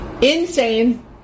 Insane